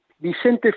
Vicente